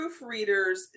proofreaders